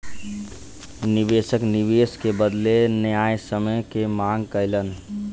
निवेशक निवेश के बदले न्यायसम्य के मांग कयलैन